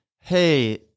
Hey